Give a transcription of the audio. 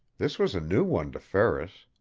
this was a new one to ferris.